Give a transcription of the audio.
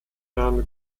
name